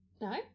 No